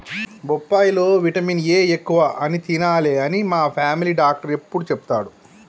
బొప్పాయి లో vitamin A ఎక్కువ అని తినాలే అని మా ఫామిలీ డాక్టర్ ఎప్పుడు చెపుతాడు